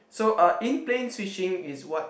so uh in plain switching is what